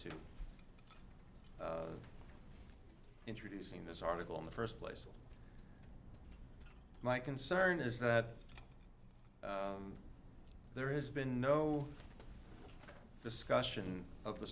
to introducing this article in the first place my concern is that there has been no discussion of the